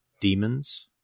demons